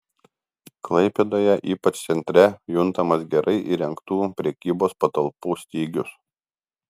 klaipėdoje ypač centre juntamas gerai įrengtų prekybos patalpų stygius